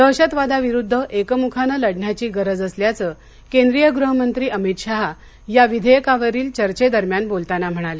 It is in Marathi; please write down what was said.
दहशतवादाविरुद्ध एकमुखानं लढण्याची गरज असल्याचं केंद्रीय गृहमंत्री अमित शहा या विधेयकावरील चर्चेदरम्यान बोलताना म्हणाले